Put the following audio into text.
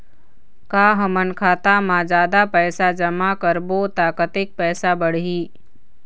का हमन खाता मा जादा पैसा जमा करबो ता कतेक पैसा बढ़ही?